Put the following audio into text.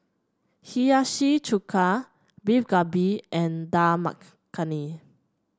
Hiyashi Chuka Beef Galbi and Dal Makhani